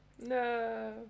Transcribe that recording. No